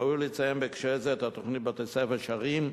ראוי לציין בהקשר זה את התוכנית "בתי-ספר שרים".